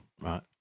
right